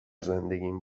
زندگیم